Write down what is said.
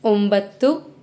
ಒಂಬತ್ತು